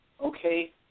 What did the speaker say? Okay